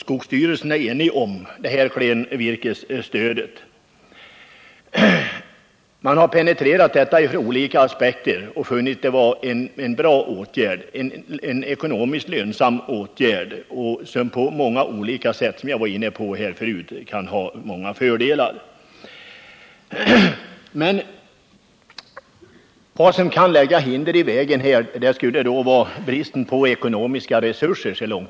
Skogsstyrelsen är enig när det gäller klenvirkesstödet. Man har penetrerat frågan från olika aspekter och funnit att en sådan åtgärd skulle vara bra och ekonomiskt lönsam och kunna medföra många fördelar. Vad som emellertid så långt jag kan se och förstå kan lägga hinder i vägen skulle vara bristen på ekonomiska resurser.